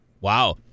Wow